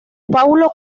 paulo